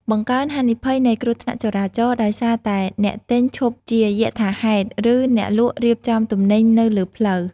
បង្កើនហានិភ័យនៃគ្រោះថ្នាក់ចរាចរណ៍ ដោយសារតែអ្នកទិញឈប់ជាយថាហេតុ ឬអ្នកលក់រៀបចំទំនិញនៅលើផ្លូវ។